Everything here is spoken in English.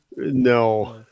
No